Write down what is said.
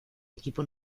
equipo